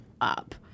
up